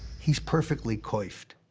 he's perfectly coiffed.